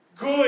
Good